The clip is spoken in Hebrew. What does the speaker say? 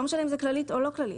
לא משנה אם היא כללית או לא כללית.